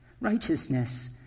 Righteousness